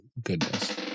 goodness